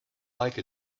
like